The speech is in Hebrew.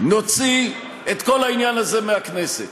נוציא את כל העניין הזה מהכנסת,